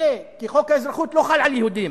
מפלה כי חוק האזרחות לא חל על יהודים.